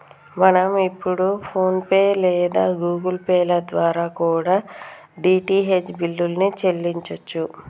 మనం ఇప్పుడు phone pay లేదా గుగుల్ పే ల ద్వారా కూడా డీ.టీ.హెచ్ బిల్లుల్ని చెల్లించచ్చు